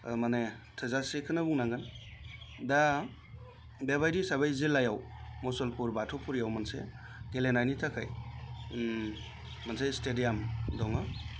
माने थोजासेखौनो बुंनांगोन दा बेबादि हिसाबै जिल्लायाव मुसलपुर बाथौफुरियाव मोनसे गेलेनायनि थाखाय मोनसे स्टेडियाम दङ